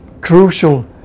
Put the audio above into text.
crucial